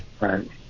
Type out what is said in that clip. Right